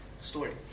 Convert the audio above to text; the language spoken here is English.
story